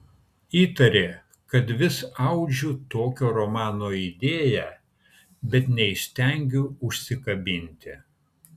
įtarė kad vis audžiu tokio romano idėją bet neįstengiu užsikabinti